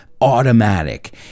automatic